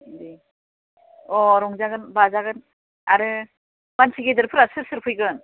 दे अह रंजागोन बाजागोन आरो मानसि गेदेरफोरा सोर सोर फैगोन